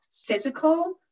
physical